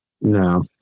no